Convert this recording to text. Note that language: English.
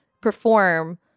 perform